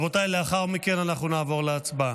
רבותיי, לאחר מכן אנחנו נעבור להצבעה.